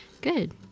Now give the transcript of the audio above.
Good